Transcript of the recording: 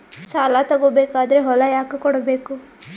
ಸಾಲ ತಗೋ ಬೇಕಾದ್ರೆ ಹೊಲ ಯಾಕ ಕೊಡಬೇಕು?